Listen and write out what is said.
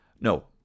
No